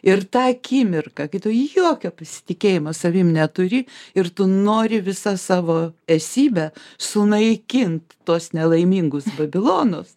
ir tą akimirką kai tu jokio pasitikėjimo savim neturi ir tu nori visą savo esybe sunaikint tuos nelaimingus babilonus